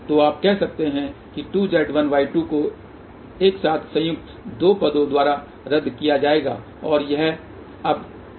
तो आप कह सकते हैं कि 2Z1Y2 को एक साथ संयुक्त इन दो पदो द्वारा रद्द कर दिया जाएगा और यह अब Z12Y22 है